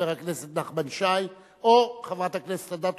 חבר הכנסת נחמן שי או חברת הכנסת אדטו,